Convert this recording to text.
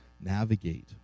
navigate